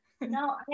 No